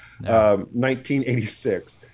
1986